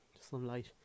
sunlight